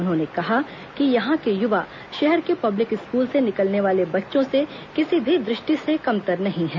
उन्होंने कहा कि यहां के युवा शहर के पब्लिक स्कूल से निकलने वाले बच्चों से किसी भी दृष्टि से कमतर नहीं है